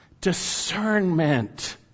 discernment